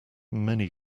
many